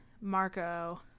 Marco